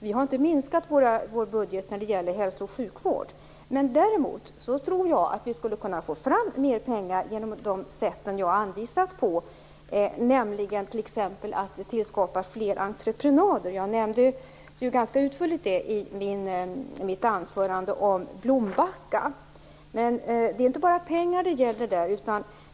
Vi har inte minskat vår budget när det gäller hälsooch sjukvård. Men jag tror att vi skulle få fram mer pengar genom de sätt som jag har anvisat, nämligen genom att t.ex. tillskapa fler entreprenader. Jag nämnde ju exemplet Blombacka ganska utförligt i mitt anförande. Men det är inte bara pengar som gäller där.